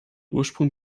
ursprung